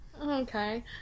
okay